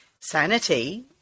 sanity